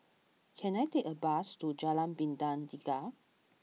can I take a bus to Jalan Bintang Tiga